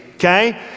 Okay